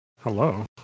Hello